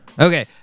Okay